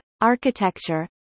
architecture